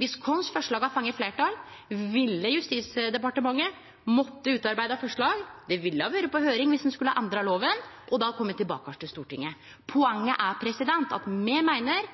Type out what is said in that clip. Dersom vårt forslag hadde fått fleirtal, ville Justisdepartementet måtta utarbeidd forslag. Det ville ha vore på høyring dersom ein skulle endra lova, og då kome tilbake att til Stortinget. Poenget er at me meiner